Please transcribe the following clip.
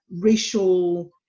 racial